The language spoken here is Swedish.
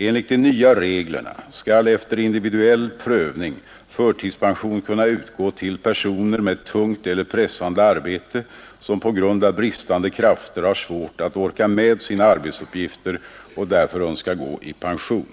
Enligt de nya reglerna skall efter individuell prövning förtidspension kunna utgå till personer med tungt eller pressande arbete, som på grund av bristande krafter har svårt att orka med sina arbetsuppgifter och därför önskar gå i pension.